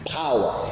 power